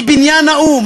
מבניין האו"ם,